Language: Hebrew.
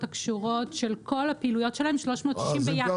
הקשורות של כל הפעילויות שלהם 360 ביחד,